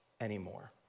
anymore